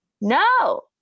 no